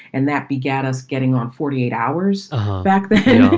and that began us getting on forty eight hours back then.